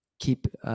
keep